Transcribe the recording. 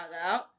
out